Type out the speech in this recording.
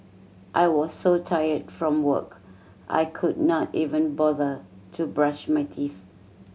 I was so tired from work I could not even bother to brush my teeth